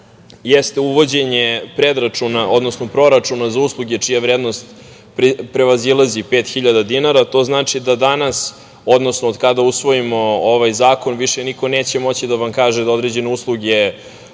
odnosno proračuna za usluge čija vrednost prevazilazi 5.000 dinara. To znači da danas, odnosno od kada usvojimo ovaj zakon, više niko neće moći da vam kaže da određene usluge